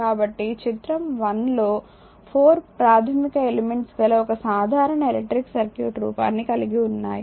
కాబట్టి చిత్రం 1 లో 4 ప్రాథమిక ఎలెమెంట్స్ గల ఒక సాధారణ ఎలక్ట్రిక్ సర్క్యూట్ రూపాన్ని కలిగి ఉన్నాము